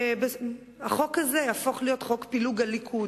שהחוק הזה ייהפך לחוק פילוג הליכוד,